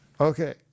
Okay